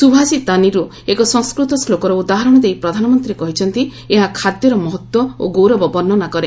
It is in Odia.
ସୁଭାଷିତାନୀରୁ ଏକ ସଂସ୍କୃତ ଶ୍ଲୋକର ଉଦାହରଣ ଦେଇ ପ୍ରଧାନମନ୍ତ୍ରୀ କହିଛନ୍ତି ଏହା ଖାଦ୍ୟର ମହତ୍ତ୍ୱ ଓ ଗୌରବ ବର୍ଷନା କରେ